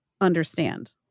understand